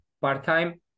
part-time